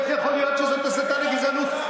איך יכול להיות שזאת הסתה לגזענות,